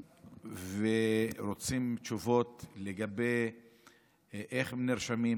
ורוצים תשובות לגבי איך נרשמים,